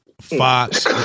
Fox